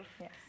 Yes